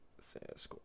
Sasquatch